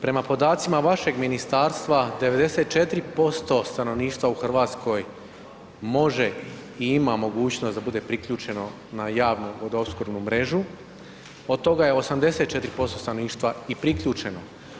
Prema podacima vašeg ministarstva 94% stanovništva u RH može i ima mogućnost da bude priključeno na javnu vodoopskrbnu mrežu, od toga je 84% stanovništva i priključeno.